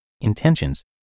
intentions